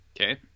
Okay